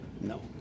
No